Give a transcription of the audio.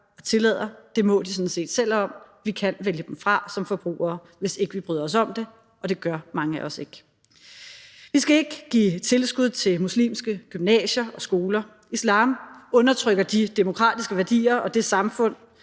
og tillader, må de sådan set selv om. Vi kan vælge dem fra os som forbrugere, hvis vi ikke bryder os om det, og det gør mange af os ikke. Vi skal ikke give tilskud til muslimske gymnasier og skoler. Islam undertrykker de demokratiske værdier, som det danske